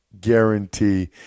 guarantee